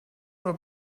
oder